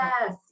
yes